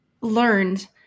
learned